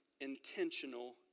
intentional